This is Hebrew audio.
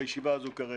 בישיבה הזו כרגע.